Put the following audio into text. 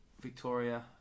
Victoria